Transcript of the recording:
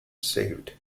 saved